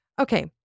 Okay